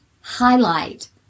highlight